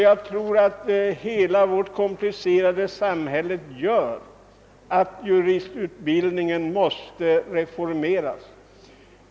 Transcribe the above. Jag tror att vårt komplicerade samhälle medför att den juridiska utbildningen måste reformeras.